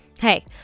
Hey